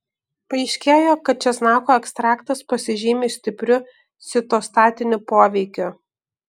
paaiškėjo kad česnako ekstraktas pasižymi stipriu citostatiniu poveikiu